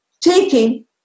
taking